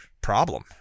problem